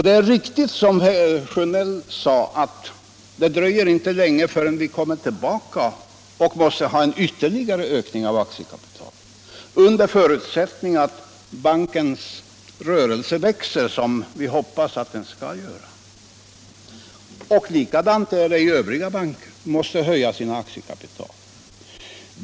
Det är riktigt som herr Sjönell sade att det dröjer inte länge förrän vi kommer tillbaka och måste ha en ytterligare ökning av aktiekapitalet — under förutsättning att bankens rörelse växer, som vi hoppas att den skall göra. Och övriga banker måste också höja sitt aktiekapital.